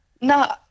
No